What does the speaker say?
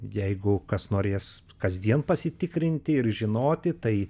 jeigu kas norės kasdien pasitikrinti ir žinoti tai